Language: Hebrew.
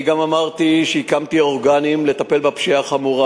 אני גם אמרתי שהקמתי אורגנים לטפל בפשיעה החמורה,